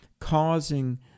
causing